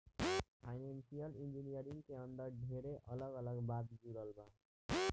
financial engineering के अंदर ढेरे अलग अलग बात जुड़ल बा